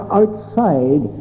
outside